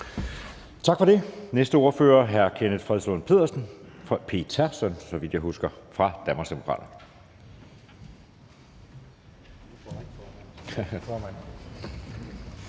Tak for det. Den næste ordfører er hr. Kenneth Fredslund Petersen fra Danmarksdemokraterne.